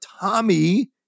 Tommy